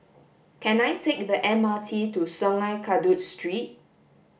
can I take the M R T to Sungei Kadut Street